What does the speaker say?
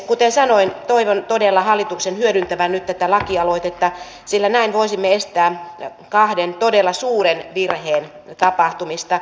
kuten sanoin toivon todella hallituksen hyödyntävän nyt tätä lakialoitetta sillä näin voisimme estää kahden todella suuren virheen tapahtumista